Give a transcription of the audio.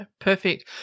perfect